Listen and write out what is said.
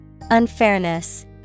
Unfairness